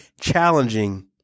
challenging